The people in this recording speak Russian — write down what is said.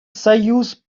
союз